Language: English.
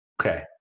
Okay